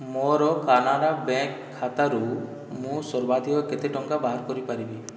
ମୋର କାନାଡ଼ା ବ୍ୟାଙ୍କ୍ ଖାତାରୁ ମୁଁ ସର୍ବାଧିକ କେତେ ଟଙ୍କା ବାହାର କରି ପାରିବି